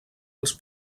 els